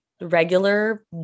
regular